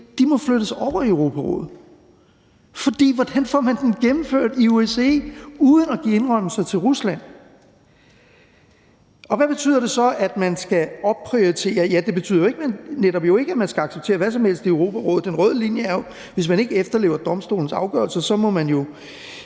må flyttes over i Europarådet, for hvordan får man dem gennemført i OSCE uden at give indrømmelser til Rusland? Og hvad betyder det så, at man skal opprioritere? Ja, det betyder netop ikke, at man skal acceptere hvad som helst i Europarådet. Den røde linje er jo, at hvis ikke man efterlever domstolens afgørelser, må man i